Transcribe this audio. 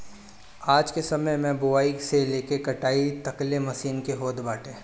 आजके समय में बोआई से लेके कटाई तकले मशीन के होत बाटे